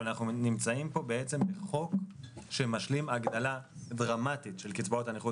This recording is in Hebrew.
אבל אנחנו נמצאים פה בחוק שמשלים הגדלה דרמטית של קצבאות הנכות